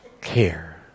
care